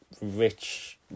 rich